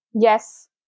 Yes